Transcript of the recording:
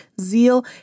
zeal